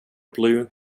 blue